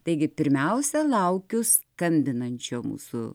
taigi pirmiausia laukiu skambinančio mūsų